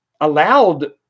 allowed